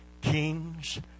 kings